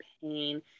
pain